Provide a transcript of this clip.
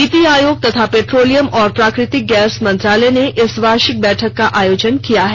नीति आयोग तथा पैट्रोलियम और प्राकृतिक गैस मंत्रालय ने इस वार्षिक बैठक का आयोजन किया है